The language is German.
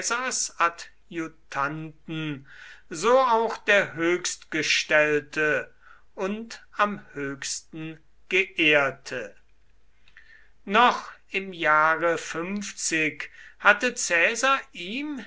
adjutanten so auch der höchstgestellte und am höchsten geehrte noch im jahre hatte caesar ihm